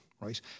right